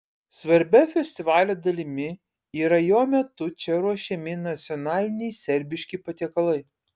svarbia festivalio dalimi yra jo metu čia ruošiami nacionaliniai serbiški patiekalai